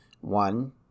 One